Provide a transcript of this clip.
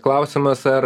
klausimas ar